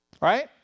right